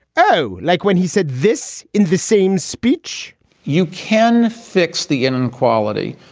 oh, like when he said this in the same speech you can fix the inequality.